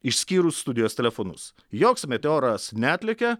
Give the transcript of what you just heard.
išskyrus studijos telefonus joks meteoras neatlekia